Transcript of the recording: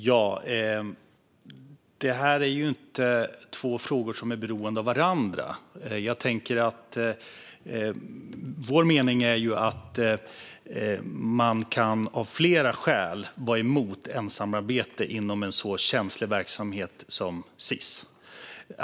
Fru talman! Dessa frågor är ju inte beroende av varandra. Man kan av flera skäl vara emot ensamarbete i en så känslig verksamhet som Sis.